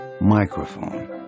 microphone